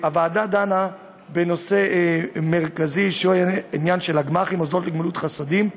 הוועדה דנה בנושא מרכזי, שהוא עניין של גמ"חים,